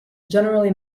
generally